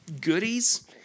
goodies